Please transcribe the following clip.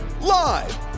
Live